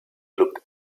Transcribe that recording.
looked